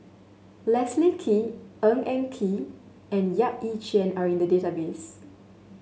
Leslie Kee Ng Eng Kee and Yap Ee Chian are in the database